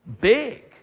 big